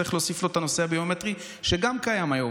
צריך להוסיף לו את הנושא הביומטרי, שגם קיים היום.